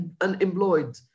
unemployed